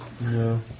No